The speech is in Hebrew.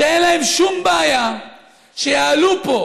שאין להם שום בעיה שיעלו פה